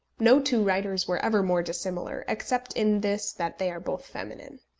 no two writers were ever more dissimilar except in this that they are both feminine.